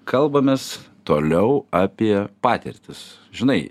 kalbamės toliau apie patirtis žinai